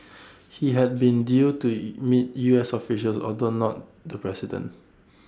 he had been due to meet U S officials although not the president